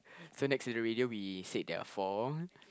so next to the radio we said there are four